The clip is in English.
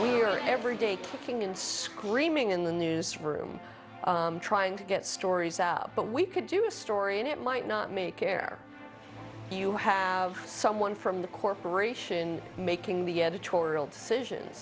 hear every day kicking and screaming in the news room trying to get stories out but we could do a story and it might not make air you have someone from the corporation making the editorial